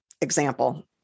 example